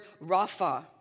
rafa